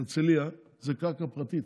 הרצליה, היא קרקע פרטית,